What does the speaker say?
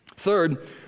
Third